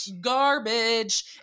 garbage